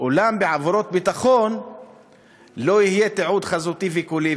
אולם בעבירות ביטחון לא יהיה תיעוד חזותי וקולי.